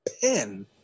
pen